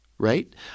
right